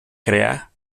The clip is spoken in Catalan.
crear